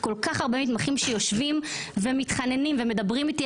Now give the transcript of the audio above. כל כך הרבה מתמחים שיושבים ומתחננים ומדברים איתי.